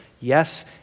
yes